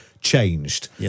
changed